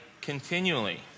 continually